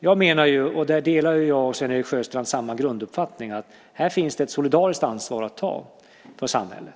Jag och Sven-Erik Sjöstrand delar grunduppfattningen att här finns ett solidariskt ansvar att ta för samhället.